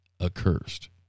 accursed